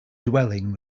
dwelling